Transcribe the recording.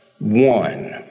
one